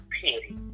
pity